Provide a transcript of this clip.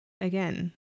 again